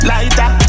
Lighter